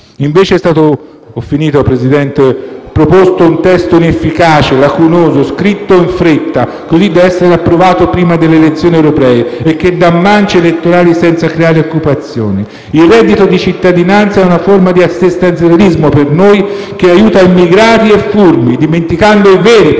Invece, è stato proposto un testo inefficace, lacunoso, scritto in fretta (così da essere approvato prima delle elezioni europee) e che dà mance elettorali senza creare occupazione. Il reddito di cittadinanza è per noi una forma di assistenzialismo che aiuta immigrati e furbi, dimenticando i veri poveri,